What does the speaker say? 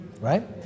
right